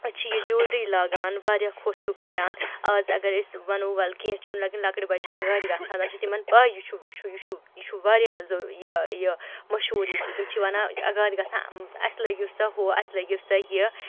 أسۍ چھِ یہِ جیٛوٗلری لاگان واریاہ خۄش چھُ کَران اَز اگر أسۍ وَنو وَلہٕ کیٚنٛہہ چھُنہٕ لگن لۅکٕٹۍ بَچہِ چھِ اَگادِ گژھان زن چھِ تِمَن پے یہِ چھُ یہِ چھُ یہِ چھُ یہِ چھُ واریاہ ضُو یہِ یہِ مشہوٗر یہِ چیٖز تِم چھِ وَنان اَگادِ گژھان اَسہِ لٲگِو سا ہُو اَسہِ لٲگِو سا یہِ